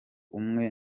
umwe